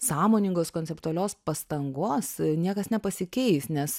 sąmoningos konceptualios pastangos niekas nepasikeis nes